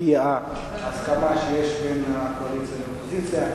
על-פי ההסכמה שיש בין הקואליציה לאופוזיציה.